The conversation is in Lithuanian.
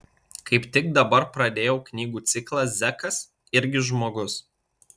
kaip tik dabar pradėjau knygų ciklą zekas irgi žmogus